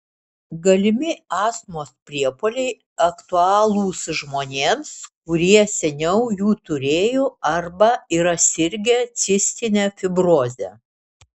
galimi astmos priepuoliai aktualūs žmonėms kurie seniau jų turėjo arba yra sirgę cistine fibroze